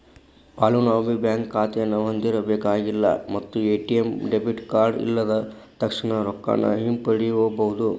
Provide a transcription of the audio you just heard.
ಫಲಾನುಭವಿ ಬ್ಯಾಂಕ್ ಖಾತೆನ ಹೊಂದಿರಬೇಕಾಗಿಲ್ಲ ಮತ್ತ ಎ.ಟಿ.ಎಂ ಡೆಬಿಟ್ ಕಾರ್ಡ್ ಇಲ್ಲದ ತಕ್ಷಣಾ ರೊಕ್ಕಾನ ಹಿಂಪಡಿಬೋದ್